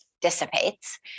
dissipates